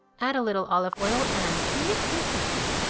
add a little olive oil and mix mix mix.